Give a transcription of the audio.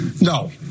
No